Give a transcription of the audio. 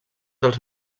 dels